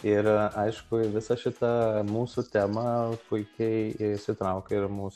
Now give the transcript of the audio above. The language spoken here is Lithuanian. ir aišku į visa šita mūsų temą puikiai įsitraukia ir mūsų